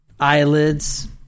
eyelids